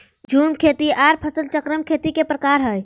झूम खेती आर फसल चक्रण खेती के प्रकार हय